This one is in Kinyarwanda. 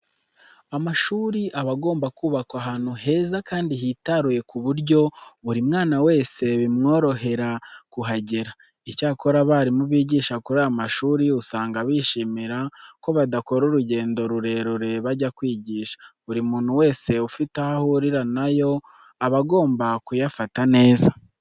Amashuri aba agomba kubakwa ahantu heza kandi hitaruye ku buryo buri mwana wese bimworohera kuhagera. Icyakora abarimu bigisha kuri aya mashuri usanga bishimira ko badakora urugendo rurerure bajya kwigisha. Buri muntu wese ufite aho ahurira na yo aba agomba kuyafata neza.